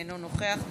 אינו נוכח,